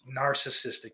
narcissistic